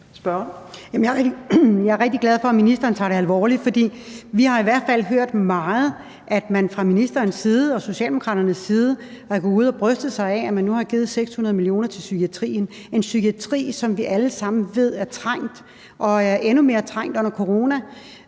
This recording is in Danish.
Jeg er rigtig glad for, at ministeren tager det alvorligt, for vi har i hvert fald hørt meget, at man fra ministerens og Socialdemokraternes side har været ude at bryste sig af, at man nu har givet 600 mio. kr. til psykiatrien. Det er en psykiatri, som vi alle sammen ved er trængt, og som er endnu mere trængt under corona,